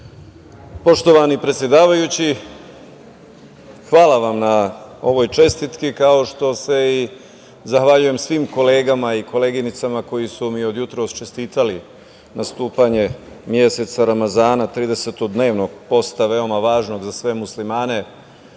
Poštovani predsedavajući, hvala vam na ovoj čestitki, kao što se zahvaljujem svim kolegama i koleginicama koji su mi od jutros čestitali nastupanje meseca Ramazana, tridesetodnevnog posta, veoma važnog za sve Muslimane,